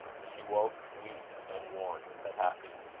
she woke weak and worn, but happy.